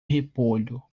repolho